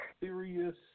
serious